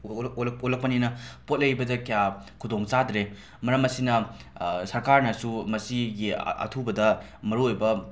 ꯑꯣꯜꯂꯛꯄꯅꯤꯅ ꯄꯣꯠ ꯂꯩꯕꯗ ꯀꯌꯥ ꯈꯨꯗꯣꯡꯆꯥꯗꯔꯦ ꯃꯔꯝ ꯑꯁꯤꯅ ꯁꯔꯀꯥꯔꯅꯁꯨ ꯃꯁꯤꯒꯤ ꯑ ꯑꯊꯨꯕꯗ ꯃꯔꯨꯑꯣꯏꯕ